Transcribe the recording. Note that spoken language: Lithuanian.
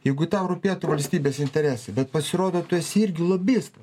jeigu tau rūpėtų valstybės interesai bet pasirodo tu esi irgi lobistas